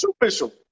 official